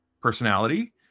personality